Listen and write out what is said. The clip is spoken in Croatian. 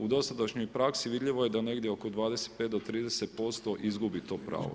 U dosadašnjoj praksi vidljivo je da negdje oko 25 do 30% izgubi to pravo.